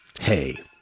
Hey